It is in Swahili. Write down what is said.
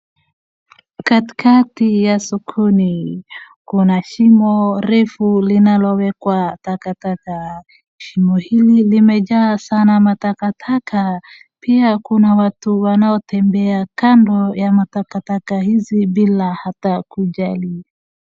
Katikati ya sokoni kuna shimo refu linalo wekwa takataka shimo hili limejaa sana matakataka pia kuna watu wanaotembea kando ya matakataka hizi bila hata kujali.